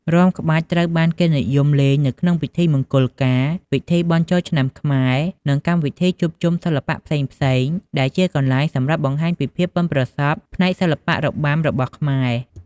រាំក្បាច់ត្រូវបានគេនិយមលេងនៅក្នុងពិធីមង្គលការ ពិធីបុណ្យចូលឆ្នាំខ្មែរ និងកម្មវិធីជួបជុំសិល្បៈផ្សេងៗ ដែលជាកន្លែងសម្រាប់បង្ហាញពីភាពប៉ិនប្រសប់ផ្នែកសិល្បៈរបាំរបស់ខ្មែរ។